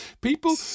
People